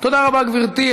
תודה רבה, גברתי.